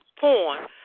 porn